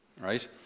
right